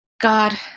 God